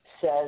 says